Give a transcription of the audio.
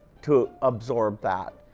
to absorb that.